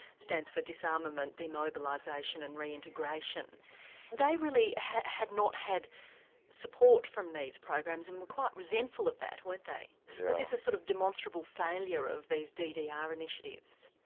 stands for disarmament, demobilisation and reintegration they really had had not had support from these programs and were quite resentful of that, weren't they because this is a sort of demonstrable failure of these ddr initiatives.